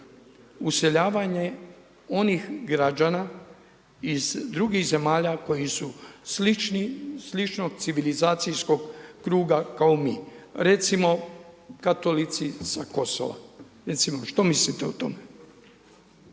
useljavanje onih građana iz drugih zemalja koji su sličnog civilizacijskog kruga kao mi. Recimo Katolici sa Kosova. Recimo što mislite o tome?